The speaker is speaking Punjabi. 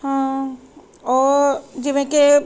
ਹਾਂ ਉਹ ਜਿਵੇਂ ਕਿ